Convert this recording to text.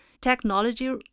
technology